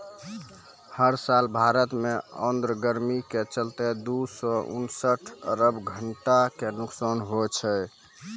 हर साल भारत मॅ आर्द्र गर्मी के चलतॅ दू सौ उनसठ अरब घंटा के नुकसान होय छै